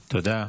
תודה.